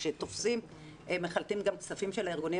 כשתוספים מחלטים גם כספים של הארגונים